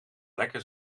lekker